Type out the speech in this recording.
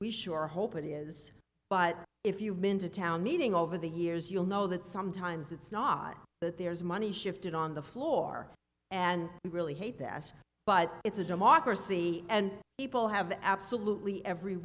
we sure hope it is but if you've been to town meeting over the years you'll know that sometimes it's not that there's money shifted on the floor and we really hate that but it's a democracy and people have absolutely every